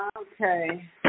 Okay